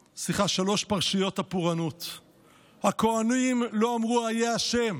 פרשיות הפורענות: "הכהנים לא אמרו איה ה',